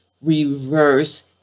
reverse